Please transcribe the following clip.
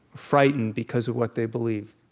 frightened because of what they believe.